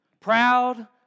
Proud